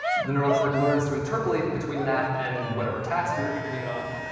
the neural network learns to interpolate between that and whatever task you were training it on.